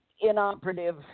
inoperative